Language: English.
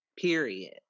Period